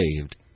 saved